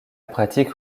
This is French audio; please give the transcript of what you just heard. pratique